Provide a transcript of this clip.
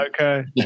Okay